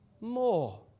more